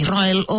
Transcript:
Royal